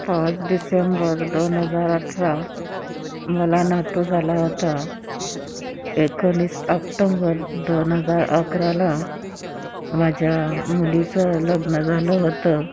पाच डिसेंबर दोन हजार अठरा मला नातू झाला होता एकोणीस आक्टोम्बर दोन हजार अकराला माझ्या मुलीचं लग्न झालं होतं